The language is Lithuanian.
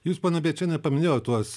jūs ponia bėčiene paminėjot tuos